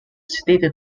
stated